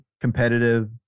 competitive